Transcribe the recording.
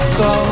go